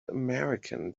american